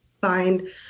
find